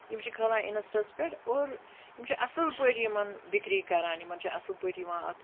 یِم چھِ کھلان اِنَسٹَاہَس پٮ۪ٹھ اور یِم چھِ اَصٕل پٲٹھۍ یِمَن بِکری کَران یِمَن چھِ اَصٕل پٲٹھۍ یِوان اَکھ